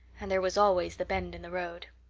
and there was always the bend in the road!